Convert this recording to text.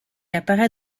apparait